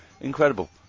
Incredible